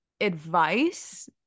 advice